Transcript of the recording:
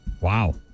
Wow